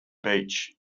beach